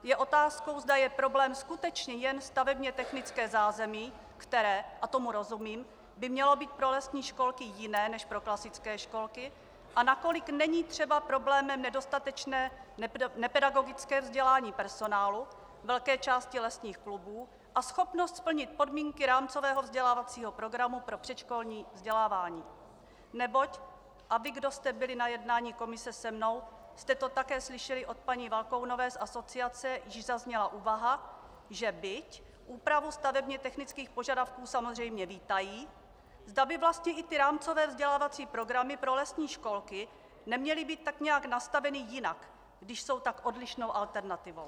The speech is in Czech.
Je otázkou, zda je problém skutečně jen stavebně technické zázemí, které a tomu rozumím by mělo být pro lesní školky jiné než pro klasické školky, a nakolik není třeba problémem nedostatečné, nepedagogické vzdělání personálu velké části lesních klubů a schopnost splnit podmínky rámcového vzdělávacího programu pro předškolní vzdělávání, neboť a vy, kdo jste byli na jednání komise se mnou, jste to také slyšeli od paní Valkounové z asociace, když zazněla úvaha, že byť úpravu stavebně technických požadavků samozřejmě vítají, zda by vlastně i ty rámcové vzdělávací programy pro lesní školky neměly být tak nějak nastaveny jinak, když jsou tak odlišnou alternativou.